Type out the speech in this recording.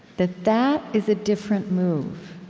that that is a different move